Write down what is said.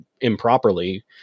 improperly